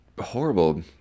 horrible